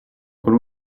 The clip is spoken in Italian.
con